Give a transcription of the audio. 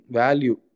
value